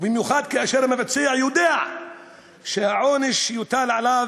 ובמיוחד כאשר המבצע יודע שהעונש שיוטל עליו